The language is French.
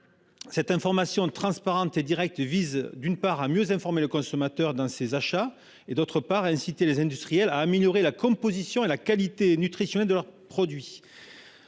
Cette information transparente et directe vise à mieux informer le consommateur dans ses achats et à inciter les industriels à améliorer la composition et la qualité nutritionnelle de leurs produits.